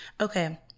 Okay